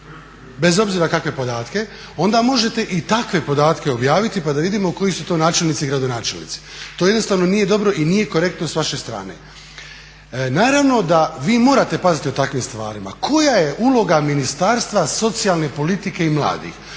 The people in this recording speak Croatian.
bez obzira kakve podatke, onda možete i takve podatke objaviti pa da vidimo koji su to načelnici i gradonačelnici. To jednostavno nije dobro i nije korektno s vaše strane. Naravno da vi morate paziti o takvim stvarima. Koja je uloga Ministarstva socijalne politike i mladih?